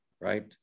Right